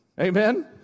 Amen